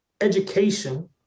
education